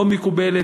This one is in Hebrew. לא מקובלת,